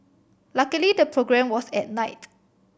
luckily the programme was at night